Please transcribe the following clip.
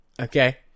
Okay